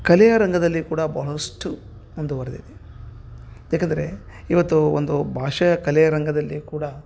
ಕಲೆಯ ರಂಗದಲ್ಲಿ ಕೂಡ ಭಾಳಷ್ಟು ಮುಂದುವರೆದಿದೆ ಏಕೆಂದರೆ ಇವತ್ತು ಒಂದು ಭಾಷೆ ಕಲೆಯ ರಂಗದಲ್ಲಿ ಕೂಡ